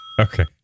okay